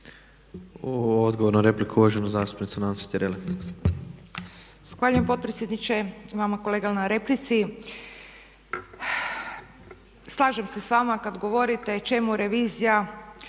Odgovor na repliku, uvažena zastupnica Nansi Tireli.